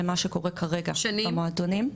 למה שקורה כרגע במועדונים.